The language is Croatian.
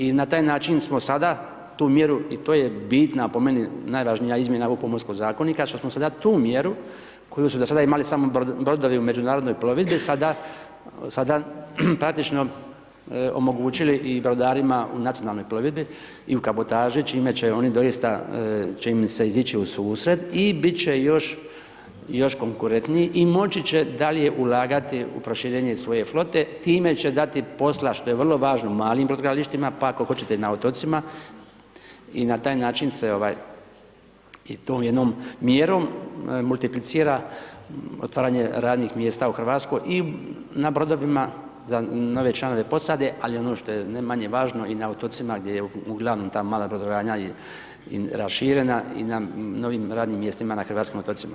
I na taj način smo sada, tu mjeru i to je bitna, po meni, najvažnija izmjena ovog pomorskog zakonika, što smo sada tu mjeru, koju su do sada imali samo brodovi u međunarodnoj plovidbi, sada praktičko omogućili i brodarima u nacionalnoj plovidbi i u kabotaži, čime će oni doista, čini mi se izići u susret i bit će još konkurentniji i moći će dalje ulagati u proširenje svoje flote, time će dati posla, što je vrlo važno malim brodogradilištima, pa ako hoćete na otocima i na taj način se ovaj, jednom mjerom multiplicira otvaranje radnih mjesta u Hrvatskoj i na brodovima za nove članove posade, ali ono što je ne manje važno i na otocima gdje ugl. ta mala brodogradnja i raširena i na novim radnim mjestima na hrvatskim otocima.